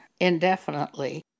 indefinitely